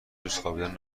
جزخوابیدن